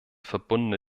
verbundene